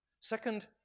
Second